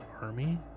army